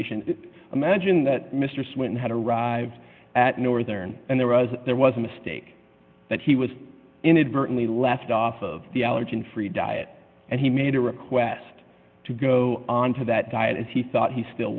on imagine that mr swinton had arrived at northern and there was there was a mistake that he was inadvertently left off of the allergen free diet and he made a request to go on to that diet as he thought he still